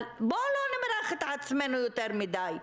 אבל בוא לא נמרח את עצמנו יותר מדיי.